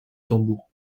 tambour